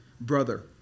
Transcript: brother